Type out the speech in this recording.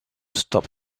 stop